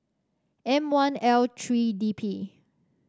M one L three D P